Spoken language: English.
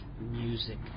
music